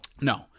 no